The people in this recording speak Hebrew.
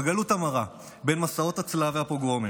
בגלות המרה, בין מסעות הצלב והפוגרומים,